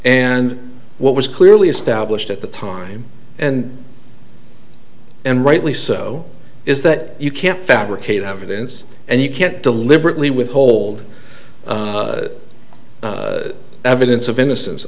and what was clearly established at the time and and rightly so is that you can't fabricate evidence and you can't deliberately withhold evidence of innocence i